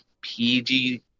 PG